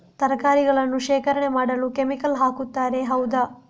ತರಕಾರಿಗಳನ್ನು ಶೇಖರಣೆ ಮಾಡಲು ಕೆಮಿಕಲ್ ಹಾಕುತಾರೆ ಹೌದ?